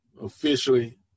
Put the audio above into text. officially